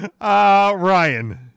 Ryan